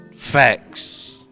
Facts